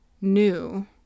new